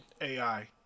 AI